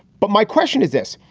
but my question is this.